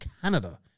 Canada